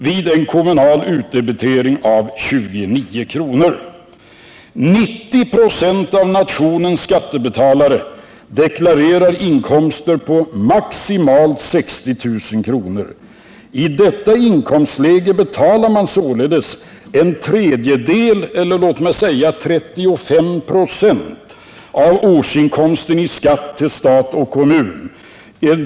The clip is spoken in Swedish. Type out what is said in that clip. vid en kommunal utdebitering av 29 kr. 90 96 av nationens skattebetalare deklarerar inkomster på maximalt 60 000 kr. I detta inkomstläge betalar man således en tredjedel eller ca 35 96 av årsinkomsten i skatt till stat och kommun.